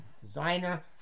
designer